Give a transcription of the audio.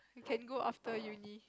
you can go after Uni